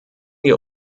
wir